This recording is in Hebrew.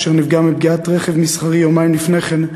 אשר נפגע מפגיעת רכב מסחרי יומיים לפני כן,